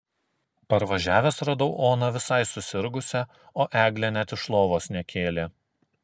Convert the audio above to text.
parvažiavęs radau oną visai susirgusią o eglė net iš lovos nekėlė